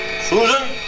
Susan